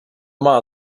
máte